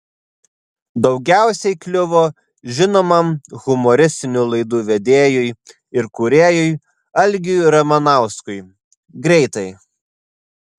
daugiausiai kliuvo žinomam humoristinių laidų vedėjui ir kūrėjui algiui ramanauskui greitai